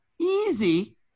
easy